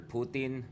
Putin